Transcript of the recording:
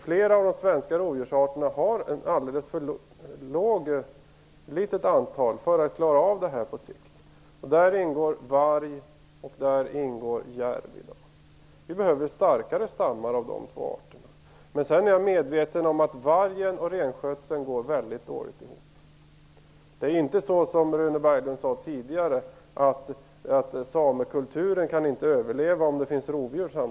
Flera av de svenska rovdjursarterna har ett alldeles för litet antal individer för att klara av detta på sikt. Där ingår varg och järv. Vi behöver starkare stammar av dessa två arter. Sedan är jag medveten om att vargen och renskötseln går väldigt dåligt ihop. Det är inte så som Rune Berglund sade tidigare att samekulturen inte kan överleva om det finns rovdjur.